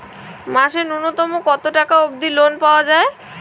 মাসে নূন্যতম কতো টাকা অব্দি লোন পাওয়া যায়?